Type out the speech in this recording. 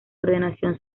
ordenación